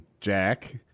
Jack